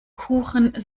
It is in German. kuchen